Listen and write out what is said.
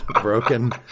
Broken